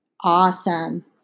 Awesome